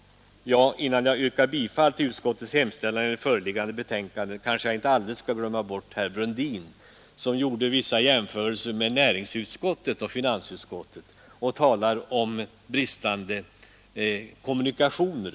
Innan jag yrkar bifall till utskottets hemställan i det föreliggande betänkandet kanske jag inte helt skall glömma bort herr Brundin, som gjorde vissa jämförelser mellan näringsutskottet och finansutskottet och talade om bristande kommunikationer.